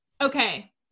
Okay